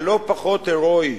הלא-פחות הירואי,